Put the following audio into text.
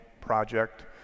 project